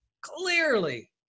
clearly